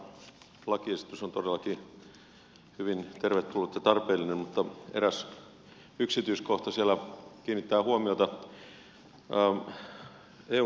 tämä lakiesitys on todellakin hyvin tervetullut ja tarpeellinen mutta eräs yksityiskohta siellä kiinnittää huomiota